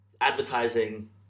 advertising